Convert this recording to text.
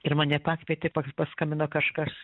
ir mane pakvietė pas paskambino kažkas